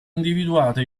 individuato